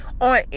on